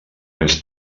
més